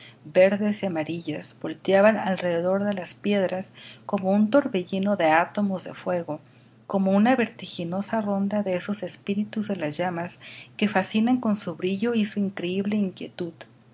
verdes y amarillas volteaban alrededor de las piedras como un torbellino de átomos de fuego como una vertiginosa ronda dé esos espíritus de las llamas que fascinan con su brillo y su increíble inquietud